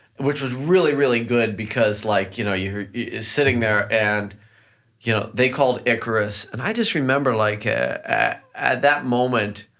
which was really, really good because like you know you're sitting there and yeah they called icarus, and i just remember like ah at at that moment,